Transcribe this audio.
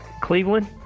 Cleveland